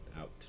out